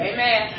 Amen